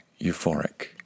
euphoric